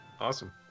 Awesome